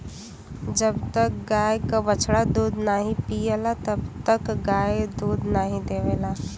जब तक गाय क बछड़ा दूध नाहीं पियला तब तक गाय दूध नाहीं देवला